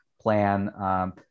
plan